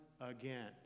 again